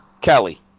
Kelly